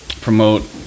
promote